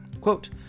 Quote